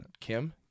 kim